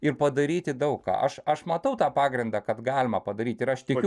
ir padaryti daug ką aš aš matau tą pagrindą kad galima padaryti ir aš tikiu